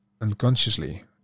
unconsciously